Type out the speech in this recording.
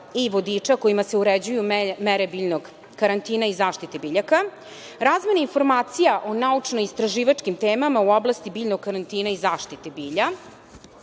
i vodiča kojima se uređuju mere biljnog karantina i zaštite biljaka, razmene informacija o naučno-istraživačkim temama u oblasti biljnog karantina i zaštiti bilja,